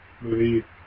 movie